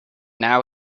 now